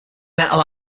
metal